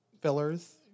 Fillers